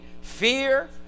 fear